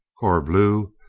corbleu!